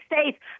States